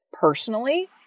personally